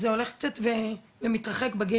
זה הולך קצת ומתרחק בגיל הגדול יותר.